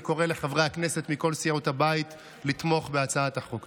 אני קורא לחברי הכנסת מכל סיעות הבית לתמוך בהצעת החוק.